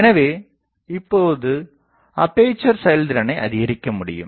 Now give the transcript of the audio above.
எனவே இப்போது அப்பேசர் செயல்திறனை அதிகரிக்கமுடியும்